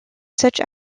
such